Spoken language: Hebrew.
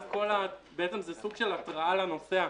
בעצם, זה סוג של התראה לנוסע.